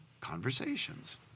conversations